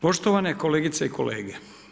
Poštovane kolegice i kolege.